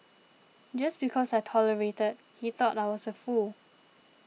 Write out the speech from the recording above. just because I tolerated he thought I was a fool